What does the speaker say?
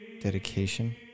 dedication